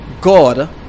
God